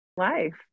life